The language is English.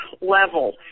level